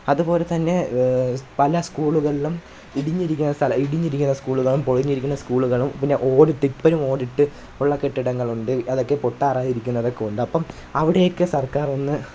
അത് പോലെ തന്നെ പല സ്കൂളുകളിലും ഇടിഞ്ഞിരിക്കുന്ന സ്ഥലം ഇടിഞ്ഞിരിക്കുന്ന സ്കൂളുകളും പൊളിഞ്ഞിരിക്കുന്ന സ്കൂളുകളും പിന്നെ ഓടിട്ട ഇപ്പോഴും ഓടിട്ട് ഉള്ള കെട്ടിടങ്ങളുണ്ട് അതൊക്കെ പൊട്ടാറായി ഇരിക്കുന്നത് കൊണ്ട് അപ്പോൾ അവിടെയൊക്കെ സർക്കാർ ഒന്ന്